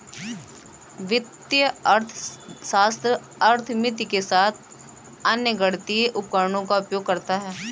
वित्तीय अर्थशास्त्र अर्थमिति के साथ साथ अन्य गणितीय उपकरणों का उपयोग करता है